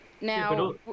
Now